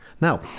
Now